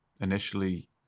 initially